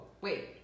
wait